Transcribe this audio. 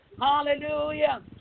Hallelujah